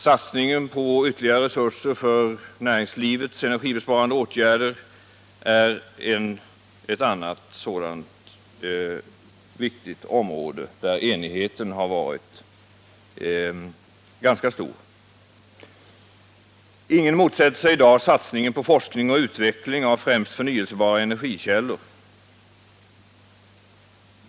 Satsningen på ytterligare resurser för näringslivets energibesparande åtgärder är ett annat viktigt område, där enigheten har varit ganska stor. Ingen motsätter sig i dag satsningen på forskning och utveckling av främst förnyelsebara energikällor.